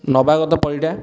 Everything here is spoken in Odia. ନବାଗତ ପରିଡ଼ା